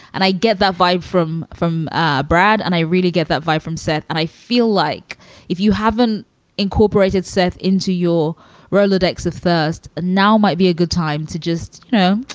and i get that vibe from from ah brad and i really get that vibe from set. and i feel like if you haven't incorporated seth into your rolodex of thirst, now might be a good time to just, you know,